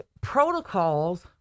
protocols